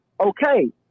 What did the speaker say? okay